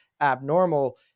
abnormal